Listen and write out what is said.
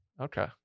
Okay